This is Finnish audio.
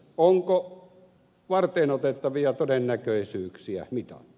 onko varteenotettavia todennäköisyyksiä mitattu